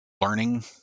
learning